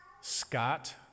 Scott